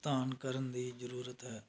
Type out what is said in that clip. ਭੁਗਤਾਨ ਕਰਨ ਦੀ ਜ਼ਰੂਰਤ ਹੈ